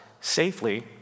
safely